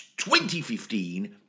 2015